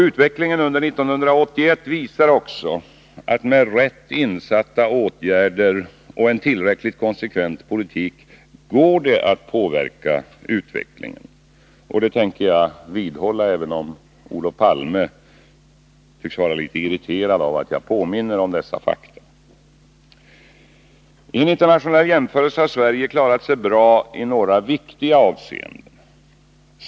Utvecklingen under 1981 visar också att det med rätt insatta åtgärder och en tillräckligt konsekvent politik går att påverka utvecklingen. Det tänker jag vidhålla, även om Olof Palme tycks bli irriterad av att jag påminner om dessa fakta. I en internationell jämförelse har Sverige klarat sig bra i några viktiga avseenden.